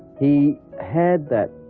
he had that